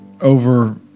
over